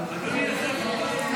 אני מביא לכאן,